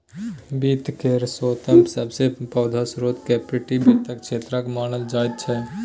वित्त केर स्रोतमे सबसे पैघ स्रोत कार्पोरेट वित्तक क्षेत्रकेँ मानल जाइत छै